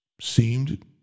seemed